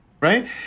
Right